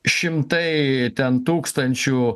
šimtai ten tūkstančių